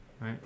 Right